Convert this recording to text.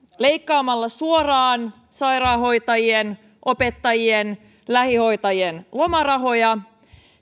leikkaamalla suoraan sairaanhoitajien opettajien lähihoitajien lomarahoja